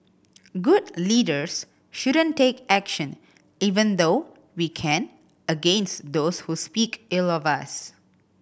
good leaders shouldn't take action even though we can against those who speak ill of us